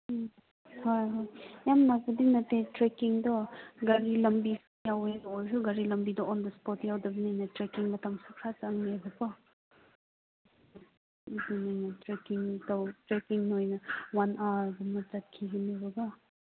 ꯎꯝ ꯍꯣꯏ ꯍꯣꯏ ꯌꯥꯝꯅꯕꯨꯗꯤ ꯅꯠꯇꯦ ꯇ꯭ꯔꯦꯀꯤꯡꯗꯣ ꯒꯥꯔꯤ ꯂꯝꯕꯤ ꯑꯣꯏꯔꯁꯨ ꯒꯥꯔꯤ ꯂꯝꯕꯤꯗ ꯑꯣꯟ ꯗ ꯏꯁꯄꯣꯠ ꯌꯧꯗꯕꯅꯤꯅ ꯇ꯭ꯔꯦꯀꯤꯡ ꯃꯇꯝꯁꯨ ꯈꯔ ꯆꯪꯉꯦꯕꯀꯣ ꯑꯗꯨꯅ ꯇ꯭ꯔꯦꯀꯤꯡ ꯇ꯭ꯔꯦꯀꯤꯡ ꯑꯣꯏꯅ ꯋꯥꯟ ꯑꯋꯥꯔꯒꯨꯝꯕ ꯆꯠꯈꯤꯒꯅꯦꯕꯀꯣ